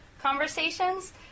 conversations